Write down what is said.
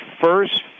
first